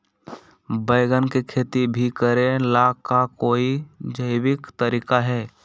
बैंगन के खेती भी करे ला का कोई जैविक तरीका है?